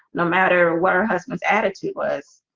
no matter what her husband's attitude was